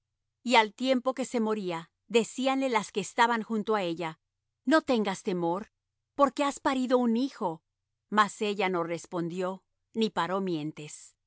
y al tiempo que se moría decíanle las que estaban junto á ella no tengas temor porque has parido un hijo mas ella no respondió ni paró mientes